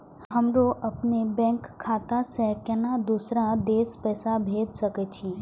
हमरो अपने बैंक खाता से केना दुसरा देश पैसा भेज सके छी?